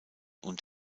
und